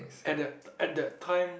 at that at that time